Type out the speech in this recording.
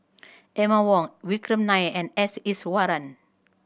Emma Wong Vikram Nair and S Iswaran